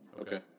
Okay